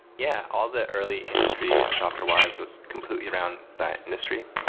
yeah. all the early industry software-wise was completely around that mystery.